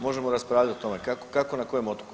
Možemo raspravljati o tome, kako na kojem otoku.